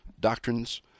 doctrines